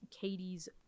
Katie's